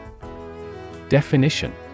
Definition